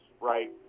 right